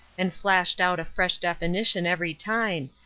and flashed out a fresh definition every time,